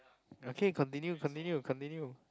okay continue continue continue